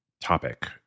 topic